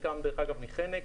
חלקם מחנק.